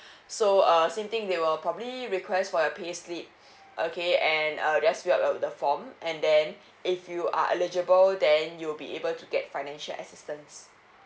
so uh same thing they will probably request for your payslip okay and uh you just fill up the form and then if you are eligible then you'll be able to get financial assistance